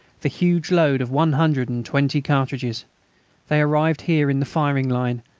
the huge load of one hundred and twenty cartridges they arrived here in the firing line,